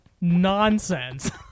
nonsense